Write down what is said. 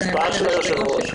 השפעה של היושב-ראש.